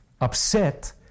upset